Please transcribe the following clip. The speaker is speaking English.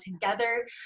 together